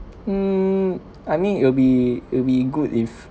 mm I mean it'll be it'll be good if